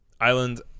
island